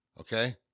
Okay